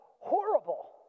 horrible